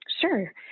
Sure